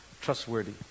Trustworthy